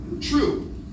True